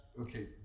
okay